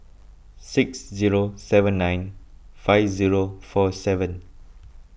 six zero seven nine five zero four seven